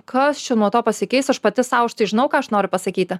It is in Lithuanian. kas čia nuo to pasikeis aš pati sau aš tai žinau ką aš noriu pasakyti